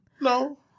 No